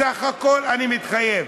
בסך הכול, אני מתחייב.